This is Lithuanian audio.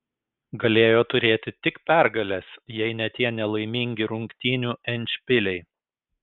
galėjo turėti tik pergales jei ne tie nelaimingi rungtynių endšpiliai